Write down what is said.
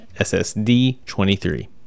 ssd23